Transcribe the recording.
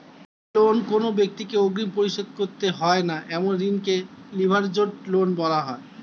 যে লোন কোনো ব্যাক্তিকে অগ্রিম পরিশোধ করতে হয় না এমন ঋণকে লিভারেজড লোন বলা হয়